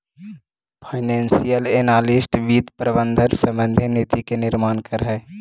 financial analyst वित्त प्रबंधन संबंधी नीति के निर्माण करऽ हइ